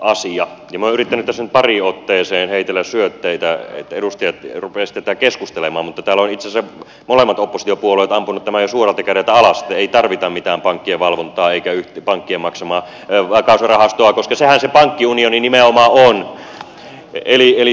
minä olen yrittänyt tässä nyt pariin otteeseen heitellä syötteitä että edustajat rupeaisivat tästä keskustelemaan mutta täällä ovat itse asiassa molemmat oppositiopuolueet ampuneet tämän jo suoralta kädeltä alas että ei tarvita mitään pankkien valvontaa eikä pankkien maksamaa vakausrahastoa koska sehän se pankkiunioni nimenomaan on